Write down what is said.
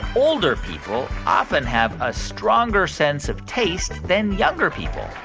older people often have a stronger sense of taste than younger people?